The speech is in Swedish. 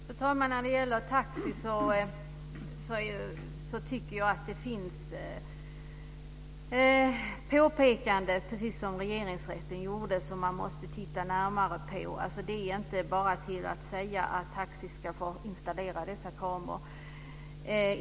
Fru talman! När det gäller taxi tycker jag att det finns påpekanden - precis som när det gäller Regeringsrätten - som man måste titta närmare på. Det går alltså inte att bara säga att Taxi ska få installera sådana här kameror.